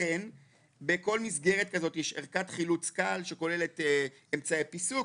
לכן בכל מסגרת כזו יש ערכת חילוץ קל שכוללת אמצעי פיסוק,